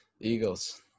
Eagles